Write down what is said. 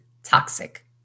Toxic